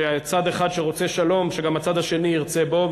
שצד אחד שרוצה שלום, שגם הצד השני ירצה בו.